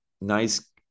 nice